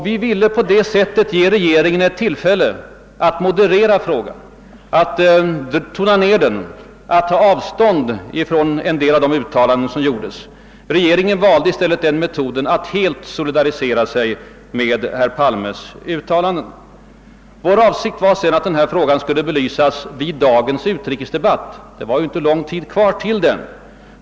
Vi ville på detta sätt ge regeringen tillfälle att moderera ärendet, att tona ned det, att ta avstånd från en del av de uttalanden som gjorts. Regeringen valde i stället att helt solidarisera sig med herr Palmes uttalanden. Vår avsikt var sedan att frågan skulle belysas vid dagens utrikesdebatt — det var inte lång tid kvar till den.